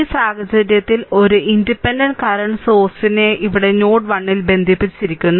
ഈ സാഹചര്യത്തിൽ ഒരു ഇൻഡിപെൻഡന്റ് കറന്റ് സോഴ്സയി ഞങ്ങൾ വിളിക്കുന്നത് ഇവിടെ നോഡ് 1 ൽ ബന്ധിപ്പിച്ചിരിക്കുന്നു